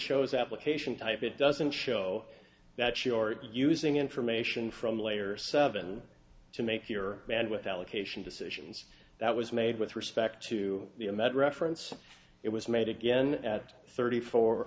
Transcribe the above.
shows application type it doesn't show that your using information from layer seven to make your bandwidth allocation decisions that was made with respect to the a med reference it was made again at thirty four